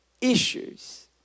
issues